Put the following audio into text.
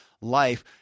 life